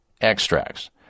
extracts